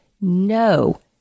no